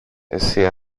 εσύ